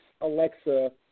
Alexa